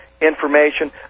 information